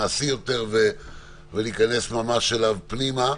מעשי יותר ולהיכנס ממש פנימה.